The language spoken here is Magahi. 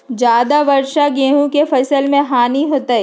ज्यादा वर्षा गेंहू के फसल मे हानियों होतेई?